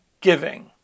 giving